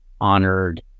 honored